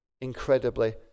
incredibly